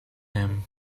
him